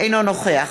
אינו נוכח